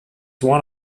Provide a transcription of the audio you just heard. one